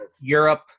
Europe